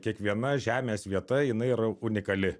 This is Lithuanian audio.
kiekviena žemės vieta jinai yra unikali